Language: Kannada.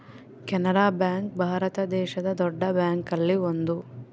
ಕೆನರಾ ಬ್ಯಾಂಕ್ ಭಾರತ ದೇಶದ್ ದೊಡ್ಡ ಬ್ಯಾಂಕ್ ಅಲ್ಲಿ ಒಂದು